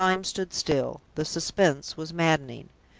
the time stood still. the suspense was maddening.